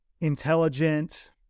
intelligent